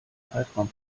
zeitraum